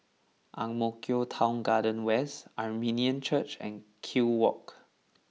Ang Mo Kio Town Garden West Armenian Church and Kew Walk